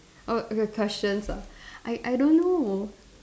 oh the questions ah I I don't know